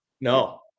no